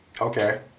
Okay